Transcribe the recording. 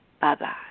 Bye-bye